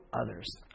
others